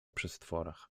przestworach